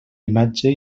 imatge